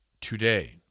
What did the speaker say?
today